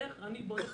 איך אני בונה תקציב?